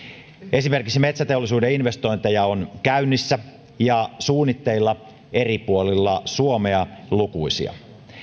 esimerkiksi metsäteollisuuden investointeja on lukuisia käynnissä ja suunnitteilla eri puolilla suomea